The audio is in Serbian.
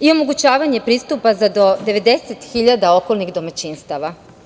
i omogućavanje pristupa za do 90.000 okolnih domaćinstava.